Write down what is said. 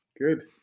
good